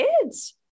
kids